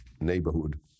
neighborhood